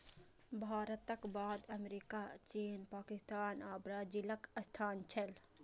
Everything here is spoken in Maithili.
भारतक बाद अमेरिका, चीन, पाकिस्तान आ ब्राजीलक स्थान छै